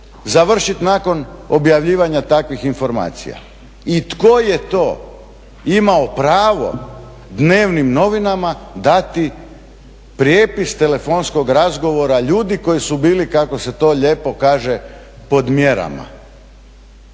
završiti nakon objavljivanja takvih informacija? I tko je to imao pravo dnevnim novinama dati prijepis telefonskog razgovora ljudi koji su bili kako se to lijepo kaže pod mjerama?